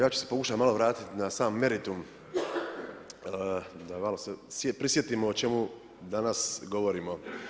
Ja ću se pokušati vratiti na sam meritum, da malo se prisjetimo o čemu danas govorimo.